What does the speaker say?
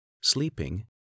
sleeping